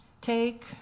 Take